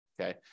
Okay